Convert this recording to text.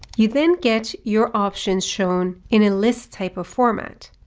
you then get your options shown in a list type of format.